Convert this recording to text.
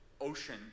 ocean